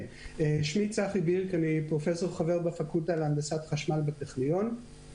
אני פרופ' חבר בפקולטה להנדסת חשמל בטכניון,